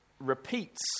repeats